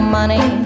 money